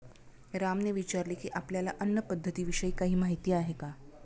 रामने विचारले की, आपल्याला अन्न पद्धतीविषयी काही माहित आहे का?